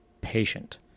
patient